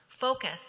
focus